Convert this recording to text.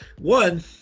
one